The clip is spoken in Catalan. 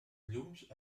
llums